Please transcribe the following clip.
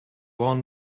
worn